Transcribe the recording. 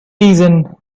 reason